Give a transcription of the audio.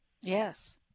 Yes